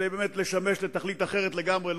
כדי לשמש לתכלית אחרת לגמרי,